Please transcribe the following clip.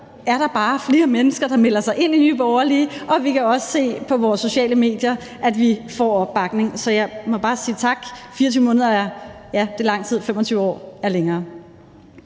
er der bare flere mennesker, der melder sig ind i Nye Borgerlige, og vi kan også se på vores sociale medier, at vi får opbakning. Så jeg må bare sige tak, og ja, 24 måneder er lang tid; 25 år er længere.